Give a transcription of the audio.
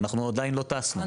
אנחנו עדיין לא טסנו,